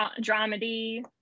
dramedy